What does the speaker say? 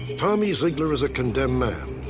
tommy zeigler is a condemned man,